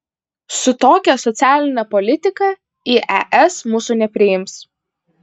su tokia socialine politika į es mūsų nepriims